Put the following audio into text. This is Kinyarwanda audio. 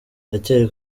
aracyari